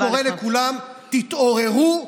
ואני קורא לכולם: תתעוררו,